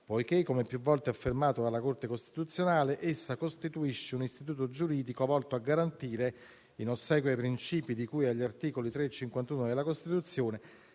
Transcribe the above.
poiché, come più volte affermato dalla Corte costituzionale, essa costituisce un istituto giuridico volto a garantire, in ossequio ai principi di cui agli articoli 3 e 51 della Costituzione,